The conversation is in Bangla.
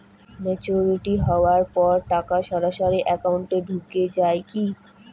ম্যাচিওরিটি হওয়ার পর টাকা সরাসরি একাউন্ট এ ঢুকে য়ায় কি?